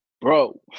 bro